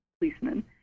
policeman